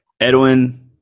edwin